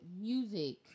music